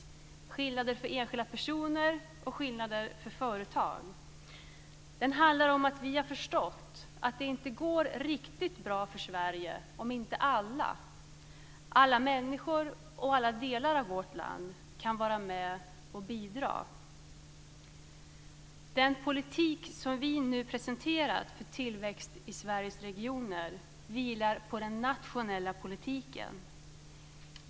Det är skillnader för enskilda personer och skillnader för företag. Vi har förstått att det inte går riktigt bra för Sverige om inte alla människor och alla delar av vårt land kan vara med och bidra. Den politik som vi nu presenterat för tillväxt i Sveriges regioner vilar på den nationella politiken.